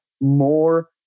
more